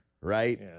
right